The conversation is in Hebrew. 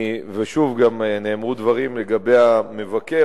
נאמרו דברים לגבי המבקר.